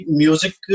music